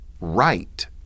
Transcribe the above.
right